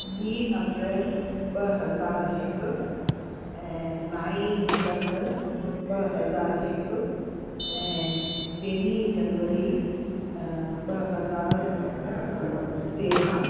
ॿ अप्रैल ॿ हज़ार हिकु ऐं नव दिसंबर ॿ हज़ार हिकु ऐं तेरहं जनवरी ॿ हज़ार तेरहं